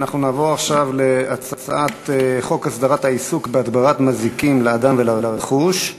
אנחנו נעבור עכשיו להצעת חוק הסדרת העיסוק בהדברת מזיקים לאדם ולרכוש.